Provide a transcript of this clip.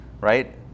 right